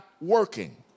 working